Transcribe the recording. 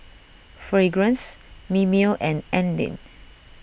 Fragrance Mimeo and Anlene